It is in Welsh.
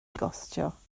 gostio